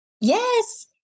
Yes